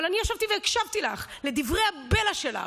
אבל אני ישבתי והקשבתי לך, לדברי הבלע שלך.